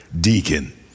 deacon